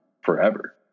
forever